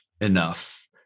enough